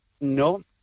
No